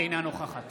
אינה נוכחת